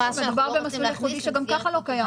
מדובר במסלול ייחודי שגם ככה לא קיים.